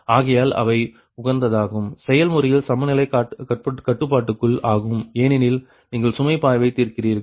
ஆகையால் அவை உகந்ததாக்கும் செயல்முறையில் சமநிலை கட்டுப்பாடுகள் ஆகும் ஏனெனில் நீங்கள் சுமை பாய்வை தீர்க்கிறீர்கள்